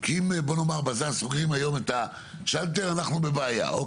ואם בז"ן סוגרת את השלטר היום אנחנו בבעיה.